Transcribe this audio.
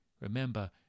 Remember